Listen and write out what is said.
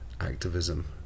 activism